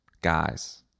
guys